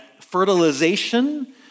fertilization